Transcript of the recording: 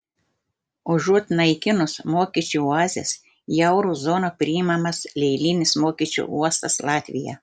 užuot naikinus mokesčių oazes į euro zoną priimamas eilinis mokesčių uostas latvija